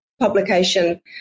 publication